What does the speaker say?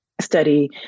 study